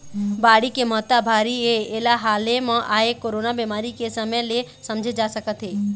बाड़ी के महत्ता भारी हे एला हाले म आए कोरोना बेमारी के समे ले समझे जा सकत हे